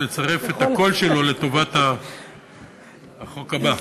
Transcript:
לצרף את הקול שלו לטובת החוק הבא.